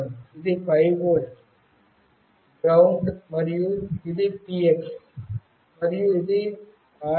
ఇది 5 volt ground మరియు ఇది టిఎక్స్ మరియు ఇది ఆర్ఎక్స్